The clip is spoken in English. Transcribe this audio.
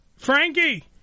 Frankie